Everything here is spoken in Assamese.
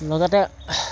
লগতে